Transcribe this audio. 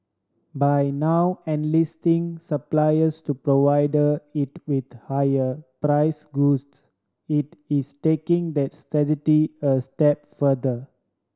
by now enlisting suppliers to provide it with higher price goods it is taking that strategy a step further